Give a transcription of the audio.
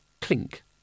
clink